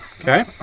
Okay